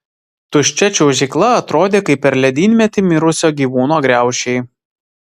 tuščia čiuožykla atrodė kaip per ledynmetį mirusio gyvūno griaučiai